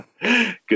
Good